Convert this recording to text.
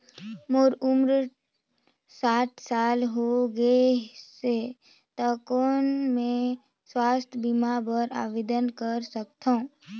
मोर उम्र साठ साल हो गे से त कौन मैं स्वास्थ बीमा बर आवेदन कर सकथव?